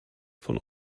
von